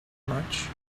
much